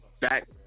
back